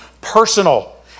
personal